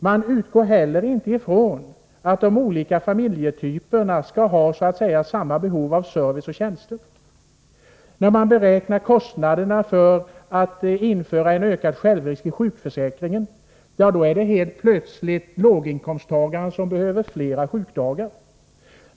Man utgår heller inte från att de olika familjetyperna har samma behov av service och tjänster. När man beräknar kostnaderna för att införa en ökad självrisk i sjukförsäkringen, då är det helt plötsligt låginkomsttagarna som behöver flera sjukdagar.